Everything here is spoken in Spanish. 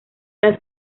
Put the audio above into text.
las